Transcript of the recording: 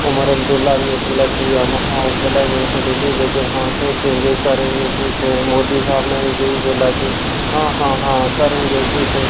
उमर अब्दुल्ला बी उस बेल्लै सी ऐम्म हा उस बेल्लै में इक डेल्ली बेजर हा सोचेंगे करेंगे कुछ मोदी साह्ब ने बी यही बोल्ला कि हां हां हां करेंगे कुछ